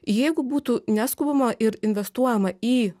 jeigu būtų neskubama ir investuojama į